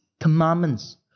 commandments